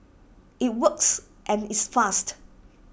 IT works and it's fast